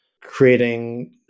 creating